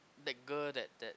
that girl that that